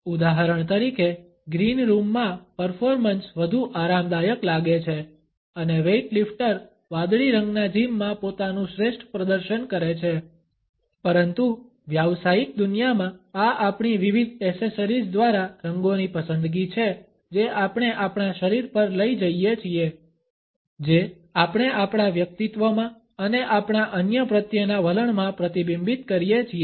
ઉદાહરણ તરીકે green room માં પર્ફોર્મન્સ વધુ આરામદાયક લાગે છે અને વેઇટલિફ્ટર વાદળી રંગના જીમ માં પોતાનું શ્રેષ્ઠ પ્રદર્શન કરે છે પરંતુ વ્યાવસાયિક દુનિયામાં આ આપણી વિવિધ એસેસરીઝ દ્વારા રંગોની પસંદગી છે જે આપણે આપણા શરીર પર લઈ જઈએ છીએ જે આપણે આપણા વ્યક્તિત્વમાં અને આપણા અન્ય પ્રત્યેના વલણમાં પ્રતિબિંબિત કરીએ છીએ